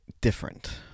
different